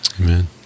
Amen